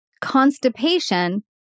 constipation